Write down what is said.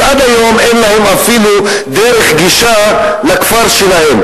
אבל עד היום אין להם אפילו דרך גישה לכפר שלהם.